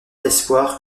d’espoir